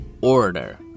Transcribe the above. order